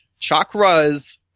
chakras